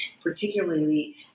particularly